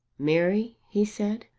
mary, he said,